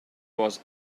was